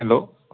hello